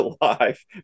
alive